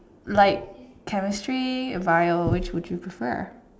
like chemistry Bio which would you prefer